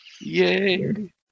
yay